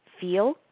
feel